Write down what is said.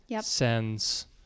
sends